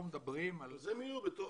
אנחנו מדברים על --- אז הם יהיו בתוך